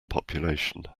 population